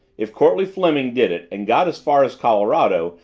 if courtleigh fleming did it and got as far as colorado,